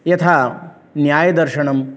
यथा न्यायदर्शनं